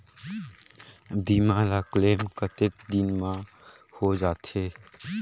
बीमा ला क्लेम कतेक दिन मां हों जाथे?